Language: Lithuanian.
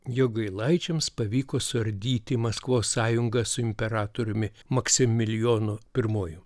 jogailaičiams pavyko suardyti maskvos sąjungą su imperatoriumi maksimilijonu pirmuoju